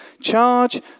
Charge